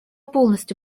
полностью